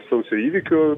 sausio įvykių